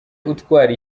utwara